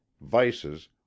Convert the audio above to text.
vices